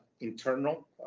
internal